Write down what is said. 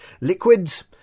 Liquids